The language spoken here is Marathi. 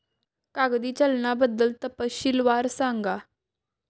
कागदी चलनाबद्दल तपशीलवार सांगा